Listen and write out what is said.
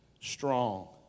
strong